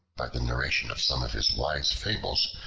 by the narration of some of his wise fables,